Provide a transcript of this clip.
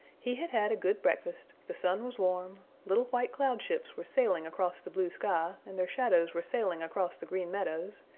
he had had a good breakfast, the sun was warm, little white cloud ships were sailing across the blue sky and their shadows were sailing across the green meadows,